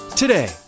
Today